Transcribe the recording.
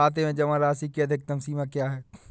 खाते में जमा राशि की अधिकतम सीमा क्या है?